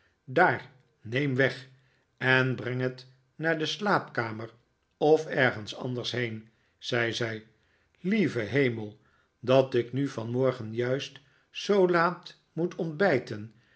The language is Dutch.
daar neem weg en breng het naar de slaapkamer of ergens anders heen zei zij lieve hemel dat ik nu vanmorgen juist zoo laat moet ontbijten